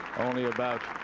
only about